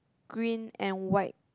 green and white